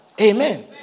Amen